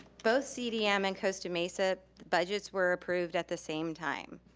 both cdm and costa mesa budgets were approved at the same time.